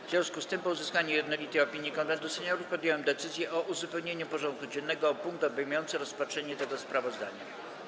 W związku z tym, po uzyskaniu jednolitej opinii Konwentu Seniorów, podjąłem decyzję o uzupełnieniu porządku dziennego o punkt obejmujący rozpatrzenie tego sprawozdania.